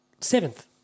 Seventh